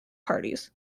parties